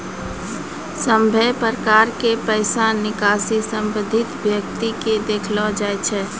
सभे प्रकार के पैसा निकासी संबंधित व्यक्ति के देखैलो जाय छै